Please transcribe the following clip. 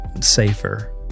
safer